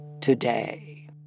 today